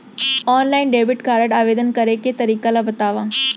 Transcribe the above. Online debit card आवेदन करे के तरीका ल बतावव?